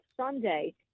Sunday